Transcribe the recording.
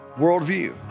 worldview